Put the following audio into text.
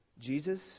Jesus